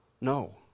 No